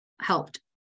helped